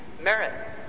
merit